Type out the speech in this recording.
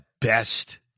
best